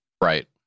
right